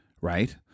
right